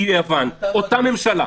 אותה ממשלה.